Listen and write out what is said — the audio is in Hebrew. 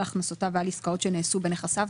על הכנסותיו ועל עסקאות שנעשו בנכסיו.